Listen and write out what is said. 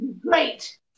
Great